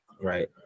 Right